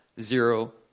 zero